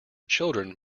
children